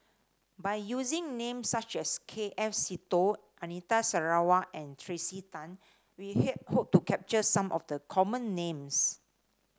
by using names such as K F Seetoh Anita Sarawak and Tracey Tan we hope to capture some of the common names